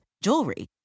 jewelry